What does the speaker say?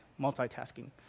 multitasking